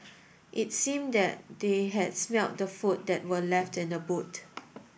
it seemed that they had smelt the food that were left in the boot